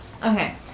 Okay